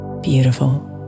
beautiful